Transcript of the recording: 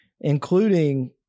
including